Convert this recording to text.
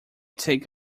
take